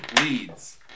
leads